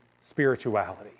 spirituality